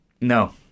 No